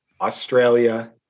Australia